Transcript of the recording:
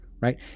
right